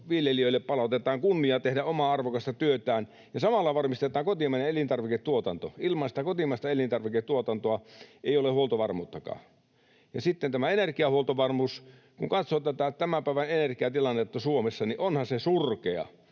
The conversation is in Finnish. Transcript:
viljelijöille palautetaan kunnia tehdä omaa, arvokasta työtään ja samalla varmistetaan kotimainen elintarviketuotanto. Ilman sitä kotimaista elintarviketuotantoa ei ole huoltovarmuuttakaan. Ja sitten tämä energiahuoltovarmuus: Kun katsoo tätä tämän päivän energiatilannetta Suomessa, niin onhan se surkea,